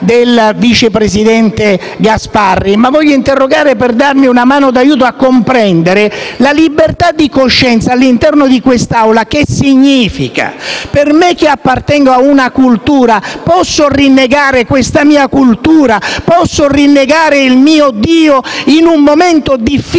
del vice presidente Gasparri, ma per avere un aiuto a comprendere): la libertà di coscienza all'interno di quest'Aula, che significa? Io che appartengo ad una cultura, posso rinnegare questa mia cultura, posso rinnegare il mio Dio in un momento difficile